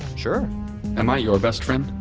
sure am i your best friend?